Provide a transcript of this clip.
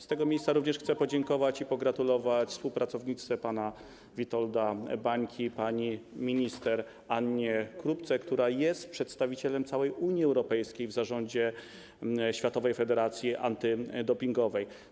Z tego miejsca również chcę podziękować i pogratulować współpracowniczce pana Witolda Bańki pani minister Annie Krupce, która jest przedstawicielem całej Unii Europejskiej w zarządzie Światowej Federacji Antydopingowej.